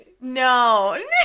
No